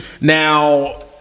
Now